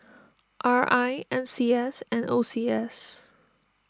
R I N C S and O C S